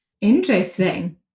Interesting